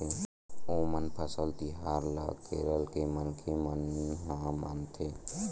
ओनम फसल तिहार ल केरल के मनखे मन ह मनाथे